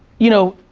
you know,